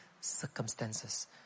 circumstances